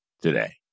today